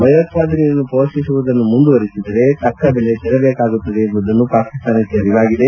ಭಯೋತ್ವಾದನೆಯನ್ನು ಹೋಷಿಸುವುದನ್ನು ಮುಂದುವರಿಸಿದರೆ ತಕ್ಷ ಬೆಲೆ ತೆರಟೇಕೆಂಬುದು ಪಾಕಿಸ್ತಾನಕ್ಷೆ ಅರಿವಾಗಿದೆ